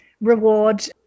reward